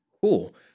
Cool